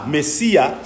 Messiah